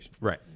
Right